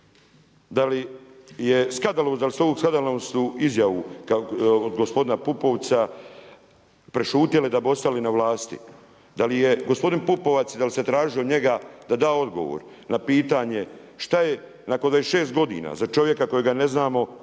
zločinačke skupine. Da li ovu skandaloznu izjavu od gospodina Pupovca prešutjeli da bi ostali na vlasti? Da li je gospodin Pupovac i da li se traži od njega da da odgovor na pitanje šta je nakon 26 godina za čovjeka kojega ne znamo,